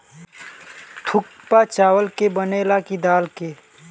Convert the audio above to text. थुक्पा चावल के बनेला की दाल के?